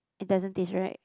it doesn't taste right